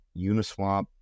Uniswap